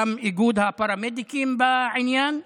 וגם איגוד הפרמדיקים בעניין.